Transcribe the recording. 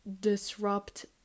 disrupt